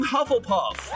Hufflepuff